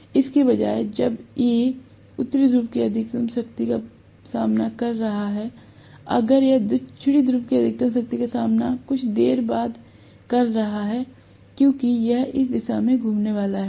इसके बजाय जब Aउत्तरी ध्रुव की अधिकतम ताकत का सामना कर रहा हैअगर यह दक्षिण ध्रुव की अधिकतम ताकत का सामना कुछ देर बाद कर रहा है क्योंकि यह इस दिशा में घूमने वाला है